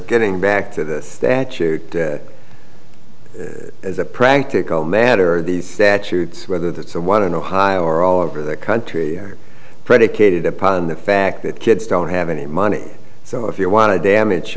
getting back to the statute as a practical matter these statutes whether that's the one in ohio or all over the country are predicated upon the fact that kids don't have any money so if you want to damage